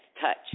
touch